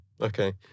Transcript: Okay